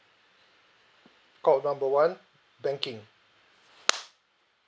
call number one banking